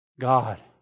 God